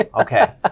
okay